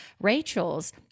Rachel's